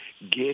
Get